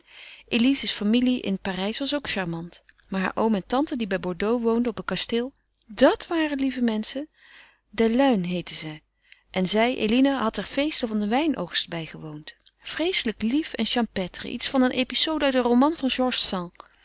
elize's familie in parijs was ook charmant maar haar oom en tante die bij bordeaux woonden op een kasteel dàt waren lieve menschen des luynes heetten zij zij eline had er de feesten van den wijnoogst bijgewoond vreeselijk lief en champêtre iets van eene episode uit een roman van